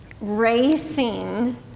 Racing